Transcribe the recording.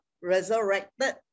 resurrected